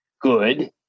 good